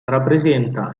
rappresenta